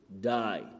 die